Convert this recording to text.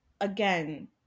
again